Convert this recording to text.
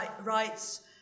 rights